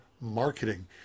marketing